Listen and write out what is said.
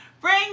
Bring